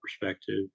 perspective